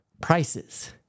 prices